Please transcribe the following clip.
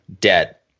debt